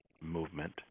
movement